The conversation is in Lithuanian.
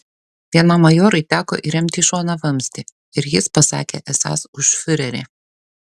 vienam majorui teko įremti į šoną vamzdį ir jis pasakė esąs už fiurerį